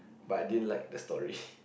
but I didn't like the story